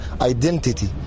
identity